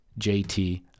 JT